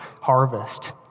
harvest